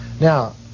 Now